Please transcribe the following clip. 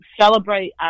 celebrate